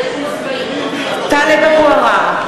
(קוראת בשמות חברי הכנסת) טלב אבו עראר,